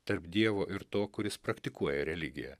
tarp dievo ir to kuris praktikuoja religiją